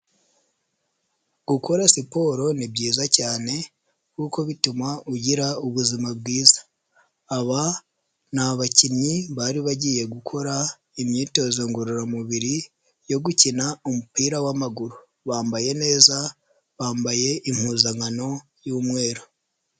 Gukora siporo ni byiza cyane kuko bituma ugira ubuzima bwiza, aba ni bakinnyi bari bagiye gukora imyitozo ngororamubiri yo gukina umupira w'maguru, bambaye neza, bambaye impuzankano y'umweru.